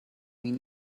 mean